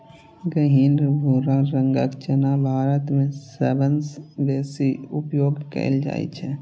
गहींर भूरा रंगक चना भारत मे सबसं बेसी उपयोग कैल जाइ छै